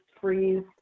freeze